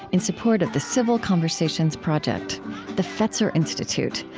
in support of the civil conversations project the fetzer institute,